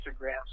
instagram